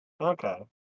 Okay